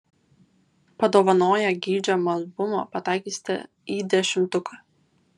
padovanoję geidžiamą albumą pataikysite į dešimtuką